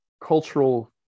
cultural